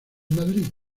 madrid